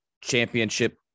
Championship